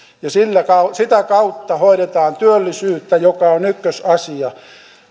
ja sitä kautta hoidetaan työllisyyttä joka on ykkösasia